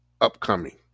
Upcoming